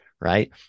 right